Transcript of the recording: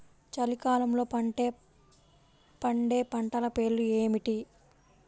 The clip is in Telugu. చలికాలంలో పండే పంటల పేర్లు ఏమిటీ?